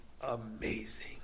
amazing